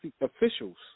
officials